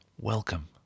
welcome